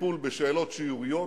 לטיפול בשאלות שיוריות,